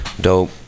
Dope